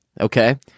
Okay